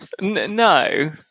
No